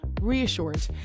reassured